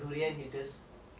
but I like durian